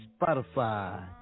Spotify